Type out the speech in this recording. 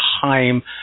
time